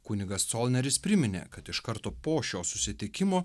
kunigas colneris priminė kad iš karto po šio susitikimo